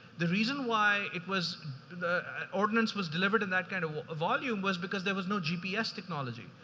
the reason why it was the ordinance was delivered in that kind of volume was because there was no gps technology.